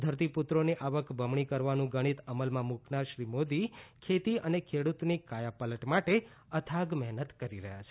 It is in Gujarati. ધરતીપુત્રોની આવક બમણી કરવાનું ગણિત અમલમાં મૂકનાર શ્રી મોદી ખેતી અને ખેડૂતની કાયાપલટ માટે અથાગ મહેનત કરી રહ્યા છે